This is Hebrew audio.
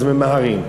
אז ממהרים.